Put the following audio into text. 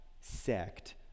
sect